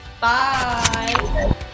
Bye